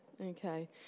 Okay